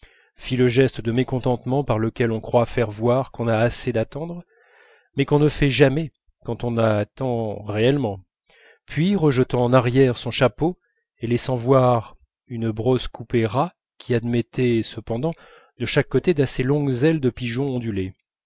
fit le geste de mécontentement par lequel on croit faire voir qu'on a assez d'attendre mais qu'on ne fait jamais quand on attend réellement puis rejetant en arrière son chapeau et laissant voir une brosse coupée ras qui admettait cependant de chaque côté d'assez longues ailes de pigeon ondulées